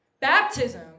Baptism